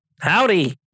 howdy